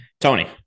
Tony